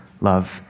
love